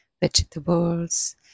Vegetables